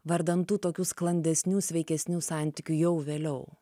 vardan tų tokių sklandesnių sveikesnių santykių jau vėliau